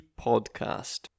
Podcast